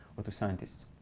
or to scientists.